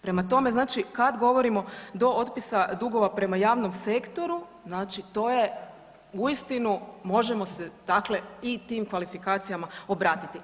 Prema tome, znači kad govorimo do otpisa dugova prema javnom sektoru, znači to je uistinu, možemo se dakle i tim kvalifikacijama obratiti.